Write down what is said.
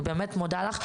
אני באמת מודה לך.